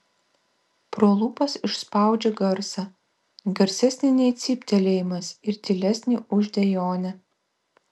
pro lūpas išspaudžia garsą garsesnį nei cyptelėjimas ir tylesnį už dejonę